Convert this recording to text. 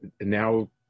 now